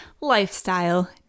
lifestyle